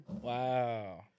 wow